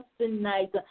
tonight